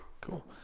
cool